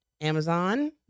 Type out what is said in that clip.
Amazon